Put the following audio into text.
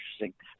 interesting